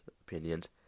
opinions